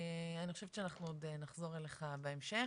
אני חושבת שאנחנו עוד נחזור אליך בהמשך,